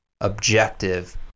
objective